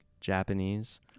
Japanese